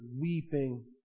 weeping